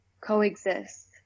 coexist